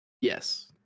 Yes